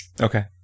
Okay